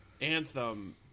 anthem